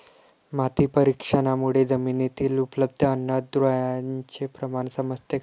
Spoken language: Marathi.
माती परीक्षणामुळे जमिनीतील उपलब्ध अन्नद्रव्यांचे प्रमाण समजते का?